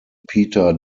peter